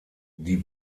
die